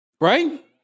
right